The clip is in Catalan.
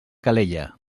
calella